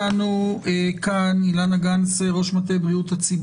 התקנות הראשונות שנעסוק בהן זה הכרזת סמכויות